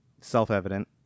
self-evident